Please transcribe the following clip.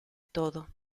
todo